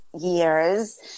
years